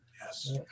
Yes